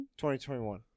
2021